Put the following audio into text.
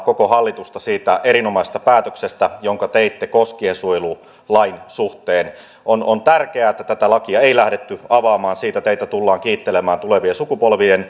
koko hallitusta siitä erinomaisesta päätöksestä jonka teitte koskiensuojelulain suhteen on on tärkeää että tätä lakia ei lähdetty avaamaan siitä teitä tulevat kiittelemään tulevat sukupolvet